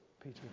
Peter